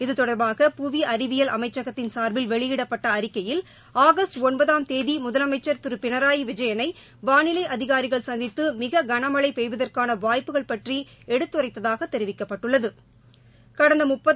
இது தொடர்பாக புவிஅறிவியல் அமைச்சகத்தின் சார்பில் வெளியிடப்பட்டஅறிக்கையில் ஆகஸ்ட் ஒன்பதாம் தேதிமுதலமைச்சர் திருபினராயிவிஜயனை வானிலைஅதிகாரிகள் சந்தித்துமிககனமழைபெய்வதற்கானவாய்ப்புக்கள் பற்றிஎடுத்துரைத்ததாகதெரிவிக்கப்பட்டுள்ளது